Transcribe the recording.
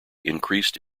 increased